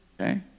okay